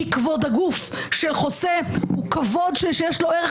כי כבוד הגוף שחוסה הוא כבוד שיש לו ערך